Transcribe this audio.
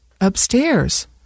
Upstairs